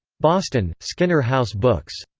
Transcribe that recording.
boston skinner house books.